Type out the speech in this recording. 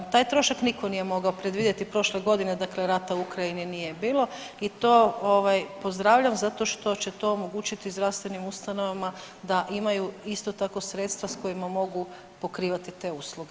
Taj trošak nitko nije mogao predvidjeti, prošle godine rata u Ukrajini nije bilo i to pozdravljam zato što će to omogućiti zdravstvenim ustanovama da imaju isto tako sredstva s kojima mogu pokrivati te usluge.